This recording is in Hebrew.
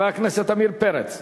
חבר הכנסת עמיר פרץ.